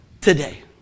today